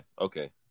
okay